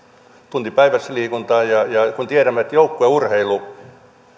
tunti päivässä liikuntaa kun tiedämme että joukkueurheilu